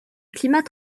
climat